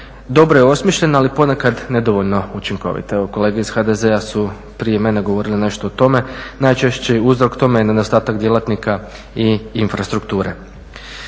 dobro je osmišljen, ali ponekad nedovoljno učinkovit. Evo kolege iz HDZ-a su prije mene govorili nešto o tome. Najčešći uzrok tome je nedostatak djelatnika i infrastrukture.